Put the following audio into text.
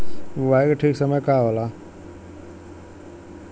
बुआई के ठीक समय का होला?